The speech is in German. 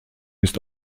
ist